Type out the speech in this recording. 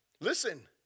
Listen